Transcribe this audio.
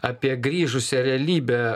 apie grįžusią realybę